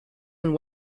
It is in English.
and